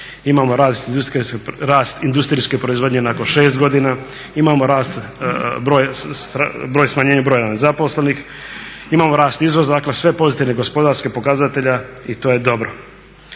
imamo rast industrijske proizvodnje nakon 6 godina, imamo rast, smanjenje broja nezaposlenih, imamo rast izvoza, dakle sve pozitivne gospodarske pokazatelje i to je dobro.